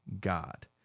God